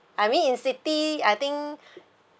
I mean in city I think